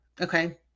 okay